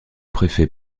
préfet